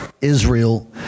Israel